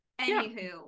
anywho